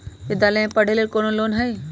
विद्यालय में पढ़े लेल कौनो लोन हई?